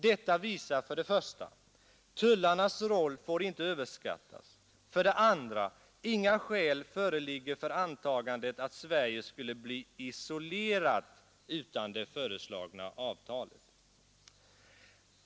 Detta visar för det första att tullarnas roll inte får överskattas, för det andra att inga skäl föreligger för antagandet att Sverige skulle bli ”isolerat” utan det föreslagna avtalet.